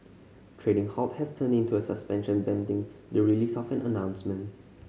trading halt has turned into a suspension pending the release of an announcement